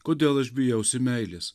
kodėl aš bijausi meilės